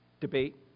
debate